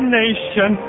nation